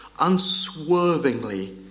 unswervingly